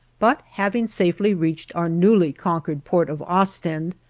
but having safely reached our newly conquered port of ostend,